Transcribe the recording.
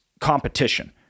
competition